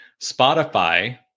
Spotify